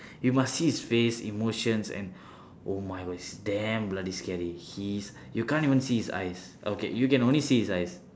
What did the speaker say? you must see his face emotion and oh my god he's damn bloody scary he is you can't even see his eyes okay you can only see his eyes